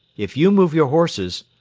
if you move your horses,